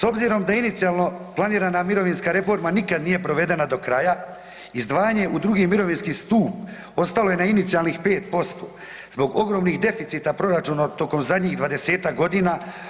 S obzirom da inicijalno planirana mirovinska reforma nikad nije provedena do kraja, izdvajanje u II. mirovinski stup ostalo je na inicijalnih 5% zbog ogromnih deficita proračuna tokom zadnjih 20-ak godina.